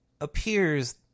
appears